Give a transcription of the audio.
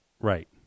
Right